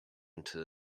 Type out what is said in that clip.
into